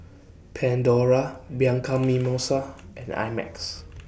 Pandora Bianco Mimosa and I Max